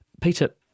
Peter